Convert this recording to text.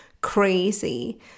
crazy